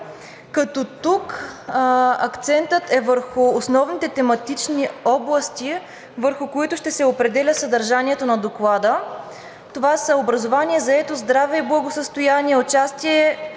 Тук акцентът е върху основните тематични области, върху които ще се определя съдържанието на доклада. Това са образование, заетост, здраве и благосъстояние, участие